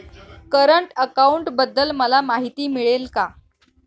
Current अकाउंटबद्दल मला माहिती मिळेल का?